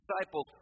disciples